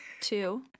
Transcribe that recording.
Two